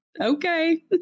Okay